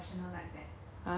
ya I should